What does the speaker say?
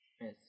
Yes